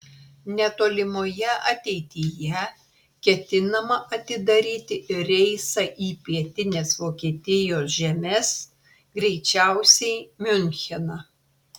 netolimoje ateityje ketinama atidaryti reisą į pietines vokietijos žemes greičiausiai miuncheną